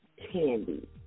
candy